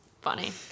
funny